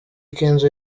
kenzo